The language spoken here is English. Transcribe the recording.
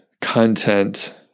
content